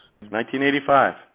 1985